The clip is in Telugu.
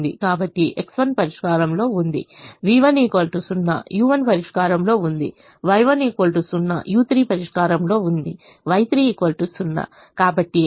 కాబట్టి X1 పరిష్కారంలో ఉంది v1 0 u1 పరిష్కారంలో ఉంది Y1 0 u3 పరిష్కారంలో ఉంది Y3 0